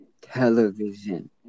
television